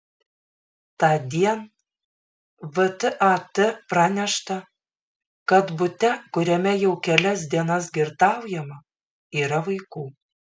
tądien vtat pranešta kad bute kuriame jau kelias dienas girtaujama yra vaikų